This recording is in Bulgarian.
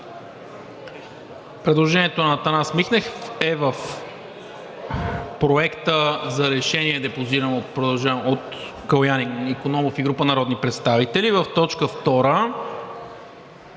Предложението на Атанас Михнев е в Проекта за решение, депозиран от Калоян Икономов и група народни представители, като в